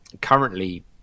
currently